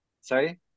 Sorry